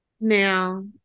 Now